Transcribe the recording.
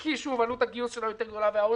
כי עלות הגיוס שלה גדולה יותר